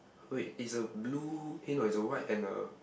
wait is a blue eh no it's a white and a